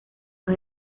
los